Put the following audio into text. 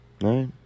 Right